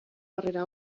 harrera